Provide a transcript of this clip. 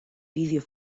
vídeo